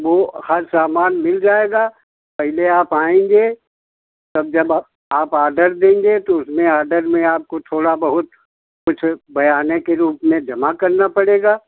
वह हर सामान मिल जाएगा पहले आप आएंगे तब जब आप आप आर्डर देंगे तो उसमें ऑर्डर में आपको थोड़ा बहुत कुछ बयाने के रूप में जमा करना पड़ेगा